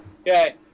Okay